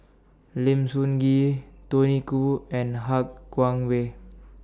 Lim Sun Gee Tony Khoo and Han Guangwei